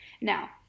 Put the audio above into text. now